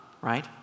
right